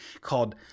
Called